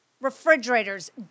refrigerators